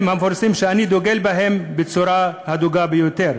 המפורסמים שאני דוגל בהם בצורה אדוקה ביותר.